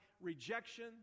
rejection